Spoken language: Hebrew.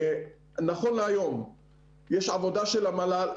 נכון להיום יש עבודה של המל"ל.